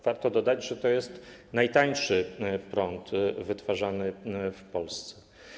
Warto dodać, że to jest najtańszy prąd wytwarzany w Polsce.